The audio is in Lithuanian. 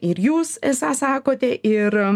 ir jūs esą sakote ir